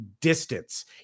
distance